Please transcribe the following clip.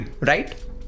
right